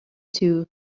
two